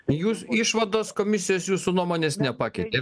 jūs išvados komisijos jūsų nuomonės nepakeitė